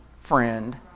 friend